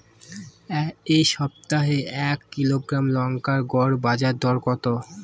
এই সপ্তাহে এক কিলোগ্রাম লঙ্কার গড় বাজার দর কত?